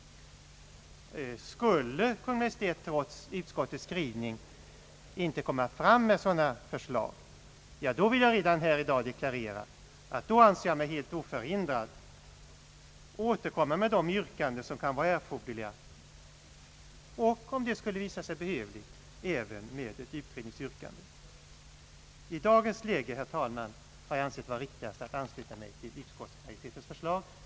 Skulle Kungl. Maj:t trots utskottets skrivning inte komma fram med sådana förslag, då vill jag redan här deklarera att jag anser mig oförhindrad att återkomma med de yrkanden som kan vara erforderliga — om så skulle visa sig behövligt även med ett utredningsyrkande. I dagens läge, herr talman, har jag ansett det vara riktigast att ansluta mig till utskottsmajoritetens förslag.